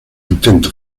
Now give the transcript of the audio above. intento